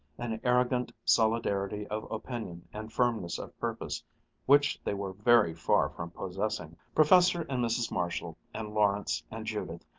an arrogant solidarity of opinion and firmness of purpose which they were very far from possessing. professor and mrs. marshall and lawrence and judith,